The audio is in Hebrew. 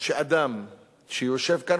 שאדם שיושב כאן,